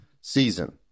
season